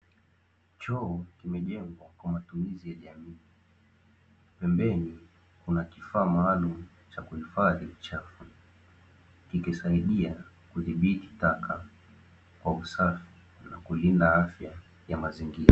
Choo kimejengwa kwa matumizi ya jamii, pembeni kuna kifaa maalumu cha kuhifadhi uchafu, kikisaidia kudhibiti taka kwa usafi na kulinda afya ya mazingira.